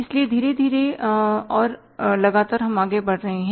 इसलिए धीरे धीरे और लगातार हम आगे बढ़ रहे हैं